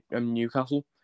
Newcastle